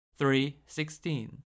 3.16